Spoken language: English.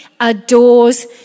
adores